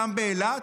גם באילת,